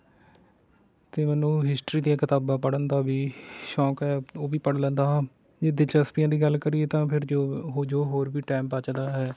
ਅਤੇ ਮੈਨੂੰ ਹਿਸ਼ਟਰੀ ਦੀਆਂ ਕਿਤਾਬਾਂ ਪੜ੍ਹਨ ਦਾ ਵੀ ਸ਼ੌਂਕ ਹੈ ਉਹ ਵੀ ਪੜ੍ਹ ਲੈਂਦਾ ਹਾਂ ਜੇ ਦਿਲਚਸਪੀਆਂ ਦੀ ਗੱਲ ਕਰਈਏ ਤਾਂ ਫਿਰ ਜੋ ਹੋ ਜੋ ਹੋਰ ਵੀ ਟਾਇਮ ਬਚਦਾ ਹੈ